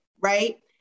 right